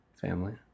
family